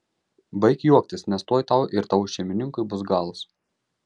baik juoktis nes tuoj tau ir tavo šeimininkui bus galas